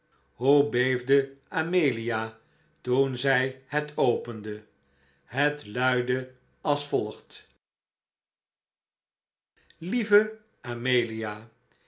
hoe beefde amelia toen zij het opende het luidde als volgt lieve amelia